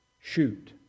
shoot